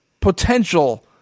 potential